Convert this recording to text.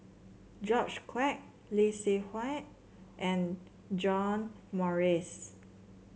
George Quek Lee Seng Huat and John Morrice